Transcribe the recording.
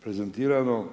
prezentirano